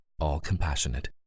all-compassionate